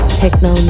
techno